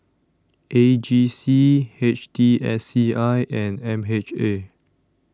A G C H T S C I and M H A